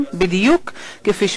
ברוכים הבאים לכל אורחינו מקנדה.